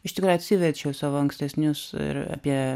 iš tikrųjų atsiverčiau savo ankstesnius ir apie